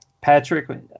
Patrick